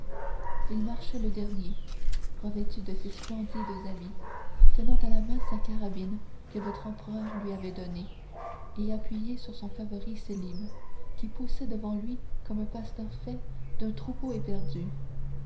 il marchait le dernier revêtu de ses splendides habits tenant à la main sa carabine que votre empereur lui avait donnée et appuyé sur son favori sélim il nous poussait devant lui comme un pasteur fait d'un troupeau